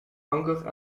anker